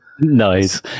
Nice